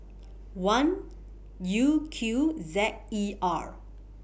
one U Q Z E R